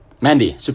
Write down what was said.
Mandy